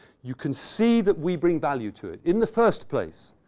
you can see that we bring value to it. in the first place,